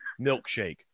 milkshake